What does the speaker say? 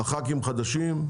הח"כים חדשים.